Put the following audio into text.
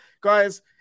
Guys